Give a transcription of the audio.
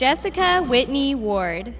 jessica whitney ward